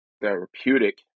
therapeutic